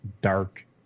dark